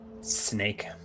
snake